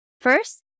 First